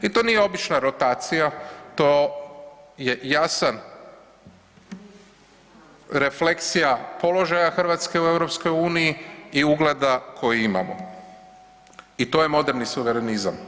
I to nije obična rotacija, to je jasan refleksija položaja Hrvatske u EU i ugleda koji imamo i to je moderni suverenizam.